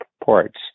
ports